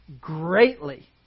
greatly